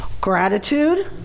Gratitude